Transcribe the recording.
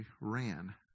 ran